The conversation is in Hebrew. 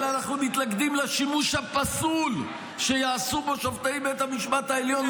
אלא אנחנו מתנגדים לשימוש הפסול שיעשו בו שופטי בית המשפט העליון,